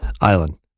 island